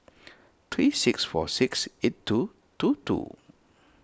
three six four six eight two two two